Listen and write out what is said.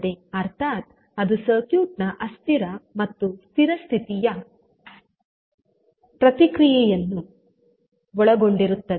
ಅರ್ಥಾತ್ ಅದು ಸರ್ಕ್ಯೂಟ್ ನ ಅಸ್ಥಿರ ಮತ್ತು ಸ್ಥಿರ ಸ್ಥಿತಿಯ ಪ್ರತಿಕ್ರಿಯೆಯನ್ನು ಒಳಗೊಂಡಿರುತ್ತದೆ